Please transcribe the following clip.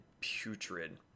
putrid